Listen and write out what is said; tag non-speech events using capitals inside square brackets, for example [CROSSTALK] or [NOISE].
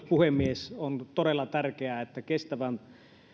[UNINTELLIGIBLE] puhemies on todella tärkeää että kestävän